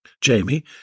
Jamie